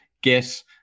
get